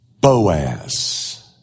Boaz